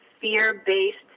fear-based